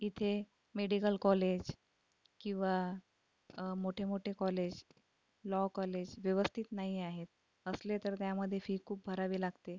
इथे medical college किंवा मोठे मोठे कॉलेज लॉ कॉलेज व्यवस्थित नाही आहेत असले तर त्यामध्ये फी खूप भरावी लागते